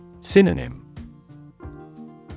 Synonym